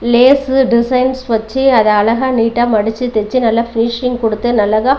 lace designs வச்சு அது அழகா நீட்டா மடிச்சு தைச்சு நல்லா ஃபினிஷிங் கொடுத்து நல்லதா